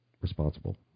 responsible